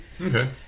Okay